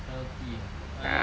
healthy eh I